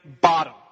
bottom